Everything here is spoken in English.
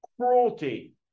cruelty